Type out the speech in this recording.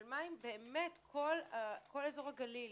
אבל מה עם כל אזור הגליל,